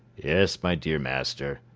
yes, my dear master,